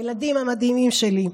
הילדים המדהימים שלי.